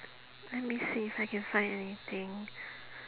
let me see if I can find anything